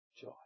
Joy